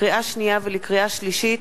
לקריאה שנייה ולקריאה שלישית,